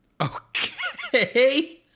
Okay